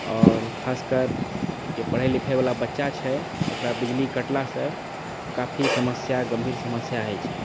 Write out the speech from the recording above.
आओर खासकर जे पढ़ै लिखैवला बच्चा छै ओकरा बिजली कटला सँ काफी समस्या गम्भीर समस्या होइ छै